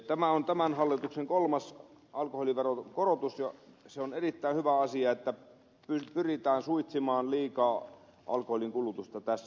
tämä on tämän hallituksen kolmas alkoholiveron korotus ja se on erittäin hyvä asia että pyritään suitsimaan liikaa alkoholin kulutusta tässä maassa